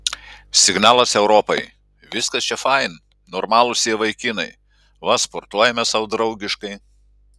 signalas europai viskas čia fain normalūs jie vaikinai va sportuojame sau draugiškai